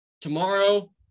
tomorrow